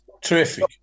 terrific